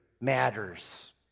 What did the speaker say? matters